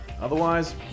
otherwise